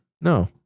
No